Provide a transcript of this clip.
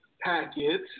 packet